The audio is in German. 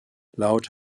laut